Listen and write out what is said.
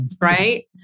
right